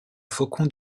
faucon